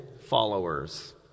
followers